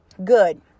good